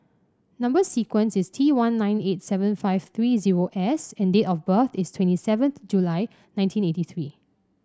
number sequence is T one nine eight seven five three zero S and date of birth is twenty seventh July nineteen eighty three